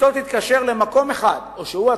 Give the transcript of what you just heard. אשתו תתקשר למקום אחד, או שהוא עצמו,